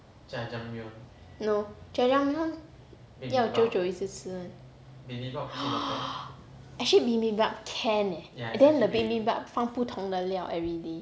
jajangmyeon no jajangmyeon 要久久一次吃 [one] actually bibimbap can eh then the bibimbap 放不同的料 everyday